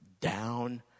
down